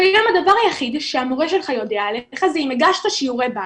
כיום הדבר היחיד שהמורה שלך יודע עליך זה אם הגשת שיעורי בית,